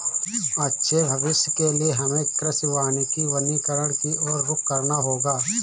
अच्छे भविष्य के लिए हमें कृषि वानिकी वनीकरण की और रुख करना होगा